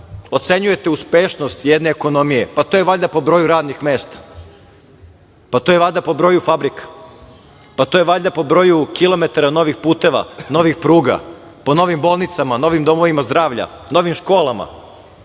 ocenjujete uspešnost jedne ekonomije i to je valjda po broju radnih mesta, to je valjda po broju fabrika, kilometara novih puteva, novih pruga, novim bolnicama, novim domovima zdravlja, novim školama,